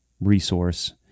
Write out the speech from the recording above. resource